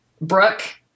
Brooke